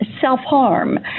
self-harm